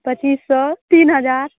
पचीस सए तीन हजार